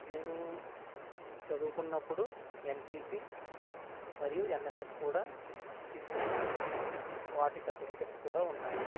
నేను చదువుకున్నప్పుడు ఎన్సిసి మరియు ఎన్ఎస్ఎస్ కూడా తీసుకున్నాను వాటి సర్టిఫికెట్స్ కూడా ఉన్నాయి